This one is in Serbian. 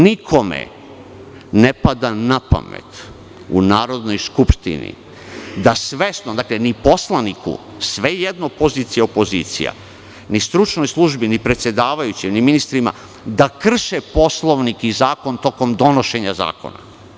Nikome ne pada na pamet u Narodnoj skupštini da svesno, ni poslaniku, svejedno, pozicija, opozicija, ni stručnoj službi, ni predsedavajućem, ni ministrima, krše Poslovnik i zakon tokom donošenja zakona.